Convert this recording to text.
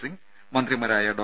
സിംഗ് മന്ത്രിമാരായ ഡോ